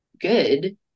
good